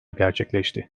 gerçekleşti